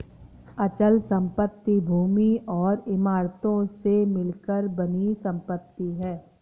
अचल संपत्ति भूमि और इमारतों से मिलकर बनी संपत्ति है